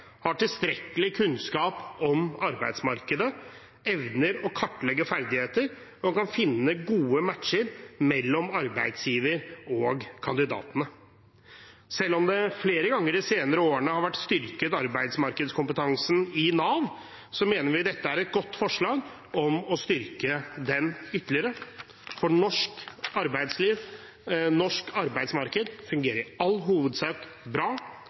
har tilstrekkelig kunnskap om arbeidsmarkedet, evner å kartlegge ferdigheter og kan finne gode matcher mellom arbeidsgiverne og kandidatene. Selv om arbeidsmarkedskompetansen i Nav flere ganger de senere årene har blitt styrket, mener vi at dette er et godt forslag om å styrke den ytterligere. Norsk arbeidsliv og det norske arbeidsmarkedet fungerer i all hovedsak bra.